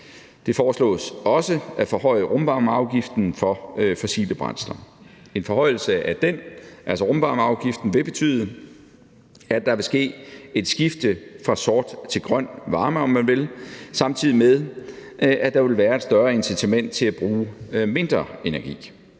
Det foreslås også at forhøje rumvarmeafgiften for fossile brændsler. En forhøjelse af den – altså rumvarmeafgiften – vil betyde, at der vil ske et skifte fra sort til grøn varme, om man vil, samtidig med at der vil være et større incitament til at bruge mindre energi.